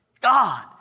God